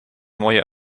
mooie